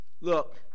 Look